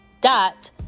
dot